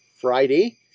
Friday